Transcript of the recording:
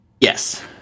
Yes